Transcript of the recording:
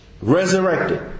resurrected